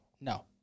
No